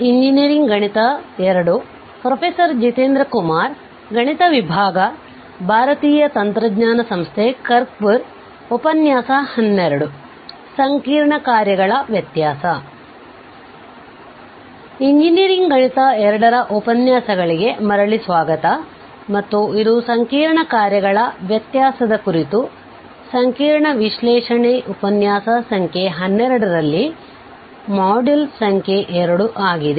engineering ಗಣಿತ 2 ರ ಉಪನ್ಯಾಸಗಳಿಗೆ ಮರಳಿ ಸ್ವಾಗತ ಮತ್ತು ಇದು ಸಂಕೀರ್ಣ ಕಾರ್ಯಗಳ ವ್ಯತ್ಯಾಸದ ಕುರಿತು ಸಂಕೀರ್ಣ ವಿಶ್ಲೇಷಣೆ ಉಪನ್ಯಾಸ ಸಂಖ್ಯೆ 12 ರಲ್ಲಿ ಮಾಡ್ಯೂಲ್ ಸಂಖ್ಯೆ 2 ಆಗಿದೆ